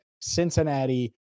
Cincinnati